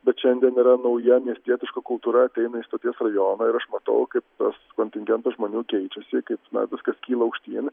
bet šiandien yra nauja miestietiška kultūra ateina į stoties rajoną ir aš matau kaip tas kontingentas žmonių keičiasi kaip na viskas kyla aukštyn